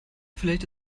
vielleicht